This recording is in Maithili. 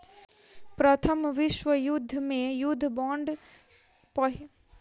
प्रथम विश्व युद्ध मे युद्ध बांड पहिल बेर जारी भेल छल